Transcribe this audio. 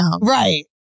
Right